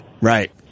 Right